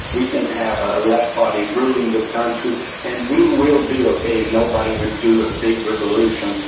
we can have a left party ruling the country and we will be okay, nobody will do a big revolution,